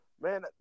man